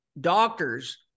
doctors